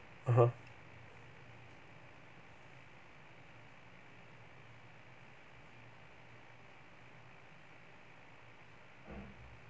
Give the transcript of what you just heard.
(uh huh)